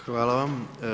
Hvala vam.